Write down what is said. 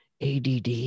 ADD